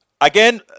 Again